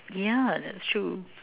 yeah that's true